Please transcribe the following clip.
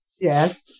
Yes